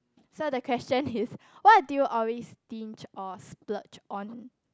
so the question is what do you always stinge or splurge on